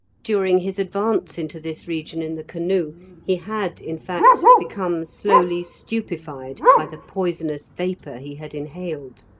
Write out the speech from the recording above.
during his advance into this region in the canoe he had in fact become slowly stupefied by the poisonous vapour he had inhaled.